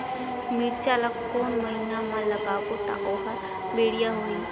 मिरचा ला कोन महीना मा लगाबो ता ओहार बेडिया होही?